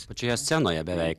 pačioje scenoje beveik